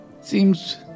seems